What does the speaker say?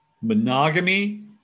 monogamy